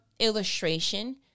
illustration